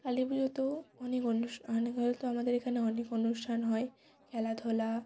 কালী পুজোতেও অনেক অনেক হয়তো আমাদের এখানে অনেক অনুষ্ঠান হয় খেলাধূলা